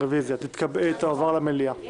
אנחנו